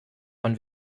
von